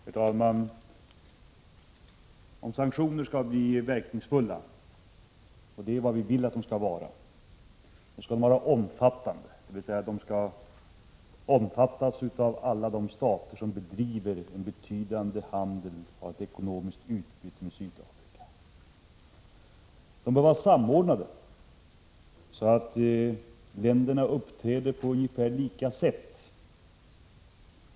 Herr talman! Om sanktioner skall bli verkningsfulla — och det är vad vi vill att de skall vara — skall de vara omfattande, dvs. de skall omfattas av alla de stater som bedriver betydande handel med och har ett ekonomiskt utbyte med Sydafrika. De bör vara samordnade, så att länderna uppträder på ungefär lika sätt.